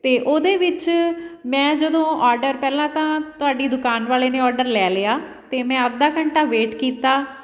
ਅਤੇ ਉਹਦੇ ਵਿੱਚ ਮੈਂ ਜਦੋਂ ਔਡਰ ਪਹਿਲਾਂ ਤਾਂ ਤੁਹਾਡੀ ਦੁਕਾਨ ਵਾਲੇ ਨੇ ਔਡਰ ਲੈ ਲਿਆ ਅਤੇ ਮੈਂ ਅੱਧਾ ਘੰਟਾ ਵੇਟ ਕੀਤਾ